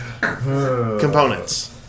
Components